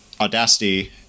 Audacity